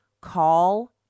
call